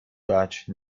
وجه